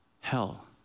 hell